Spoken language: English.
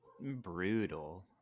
Brutal